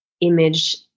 image